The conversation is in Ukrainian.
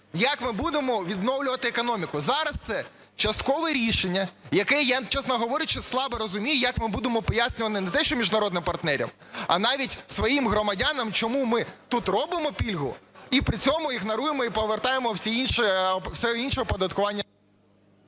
як ми будемо відновлювати економіку, зараз це часткове рішення, яке я, чесно говорячи, слабо розумію, як ми будемо пояснювати не те, що міжнародним партнерам, а навіть своїм громадянам, чому ми тут робимо пільгу і при цьому ігноруємо, і повертаємо все інше оподаткування…